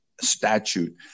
statute